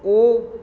ਉਹ